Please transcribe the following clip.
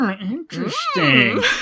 Interesting